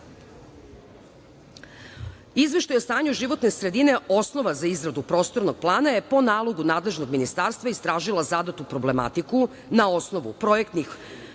podataka. Izveštaj o stanju životne sredine osnova za izradu Prostornog plana je po nalogu nadležnog ministarstva istražila zadatu problematiku na osnovu projektnih